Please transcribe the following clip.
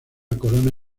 corona